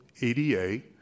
ADA